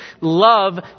Love